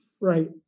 right